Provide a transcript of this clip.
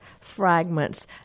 fragments